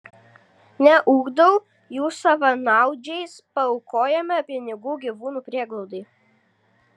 neugdau jų savanaudžiais paaukojame pinigų gyvūnų prieglaudai